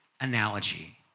analogy